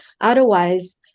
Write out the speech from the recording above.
otherwise